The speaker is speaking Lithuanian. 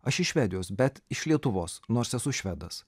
aš iš švedijos bet iš lietuvos nors esu švedas